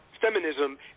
feminism